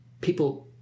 people